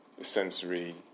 sensory